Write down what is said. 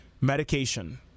medication